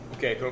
Okay